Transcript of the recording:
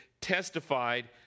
testified